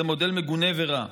זה מודל מגונה ורע.